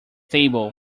table